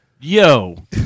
Yo